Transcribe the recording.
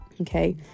okay